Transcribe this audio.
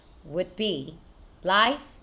would be life